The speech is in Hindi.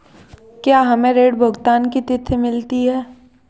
क्या हमें ऋण भुगतान की तिथि मिलती है?